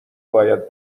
باید